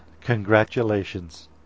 Congratulations